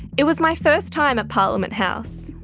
it was my first time at parliament house,